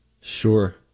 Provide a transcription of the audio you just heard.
Sure